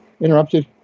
interrupted